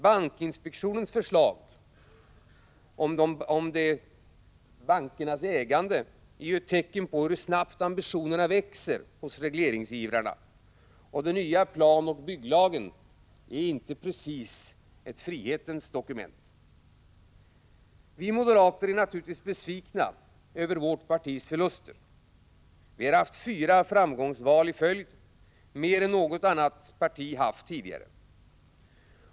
Bankinspektionens förslag om bankernas ägande är ett tecken på hur snabbt ambitionerna växer hos regleringsivrarna. Och den nya planoch bygglagen är inte precis ett frihetens dokument. Vi moderater är naturligtvis besvikna över vårt partis förluster. Vi har haft 13 fyra framgångsval i följd, mer än något annat parti har haft tidigare.